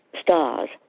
stars